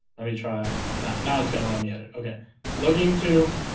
let me try it now now it's gonna let me edit okay looking to